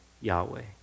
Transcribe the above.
Yahweh